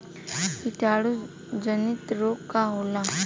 कीटाणु जनित रोग का होला?